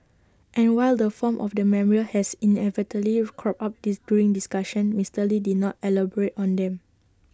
and while the form of the memorial has inevitably cropped up this during discussions Mister lee did not elaborate on them